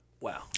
wow